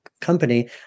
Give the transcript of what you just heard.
company